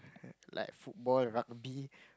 like football rugby